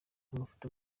amafoto